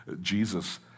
Jesus